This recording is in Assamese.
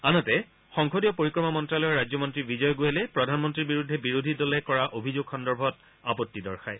আনহাতে সংসদীয় পৰিক্ৰমা মন্ত্যালয়ৰ ৰাজ্যমন্ত্ৰী বিজয় গোৱেলে প্ৰধানমন্ত্ৰীৰ বিৰুদ্ধে বিৰোধী দলে কৰা অভিযোগ সন্দৰ্ভত আপত্তি দৰ্শায়